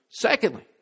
Secondly